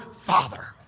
father